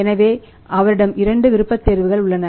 எனவே அவரிடம் இரண்டு விருப்பத்தேர்வுகள் உள்ளன